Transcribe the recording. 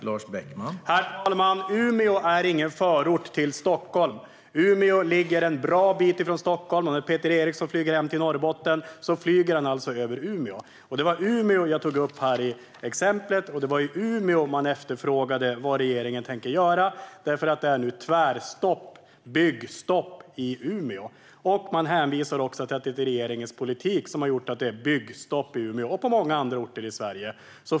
Herr talman! Umeå är ingen förort till Stockholm utan ligger en bra bit därifrån. När Peter Eriksson flyger hem till Norrbotten flyger han över Umeå. Det var Umeå som jag tog upp i mitt exempel, och det var i Umeå som man efterfrågade vad regeringen tänker göra. Det är nu tvärstopp, byggstopp, i Umeå. Man hänvisar till att det är regeringens politik som har gjort att det är byggstopp i Umeå och på många andra orter i Sverige.